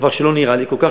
דבר שלא נראה לי כל כך,